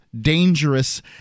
dangerous